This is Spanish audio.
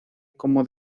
como